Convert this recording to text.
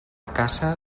caça